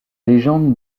légende